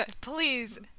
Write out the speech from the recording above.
Please